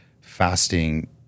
fasting